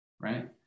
right